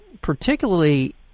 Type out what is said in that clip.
particularly